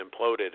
imploded